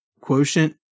quotient